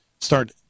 start